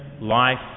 life